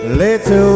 little